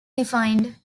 defined